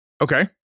Okay